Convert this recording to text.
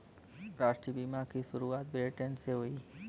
राष्ट्रीय बीमा की शुरुआत ब्रिटैन से हुई